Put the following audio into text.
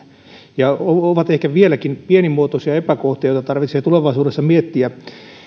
ja ovat ehkä vieläkin pienimuotoisia epäkohtia joita tarvitsee tulevaisuudessa miettiä